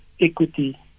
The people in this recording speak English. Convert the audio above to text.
equity